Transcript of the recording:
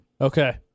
Okay